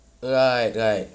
alright right